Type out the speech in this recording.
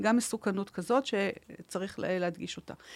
גם מסוכנות כזאת שצריך להדגיש אותה.